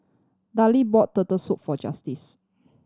Darleen brought Turtle Soup for Justice